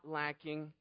lacking